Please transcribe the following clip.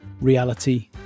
reality